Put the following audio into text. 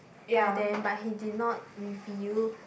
by them but he did not reveal